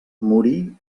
morí